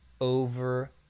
over